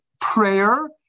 prayer